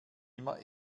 immer